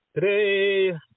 today